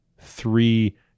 three